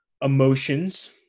emotions